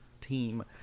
team